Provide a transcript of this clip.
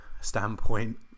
standpoint